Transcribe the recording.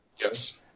Yes